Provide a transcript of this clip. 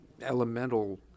elemental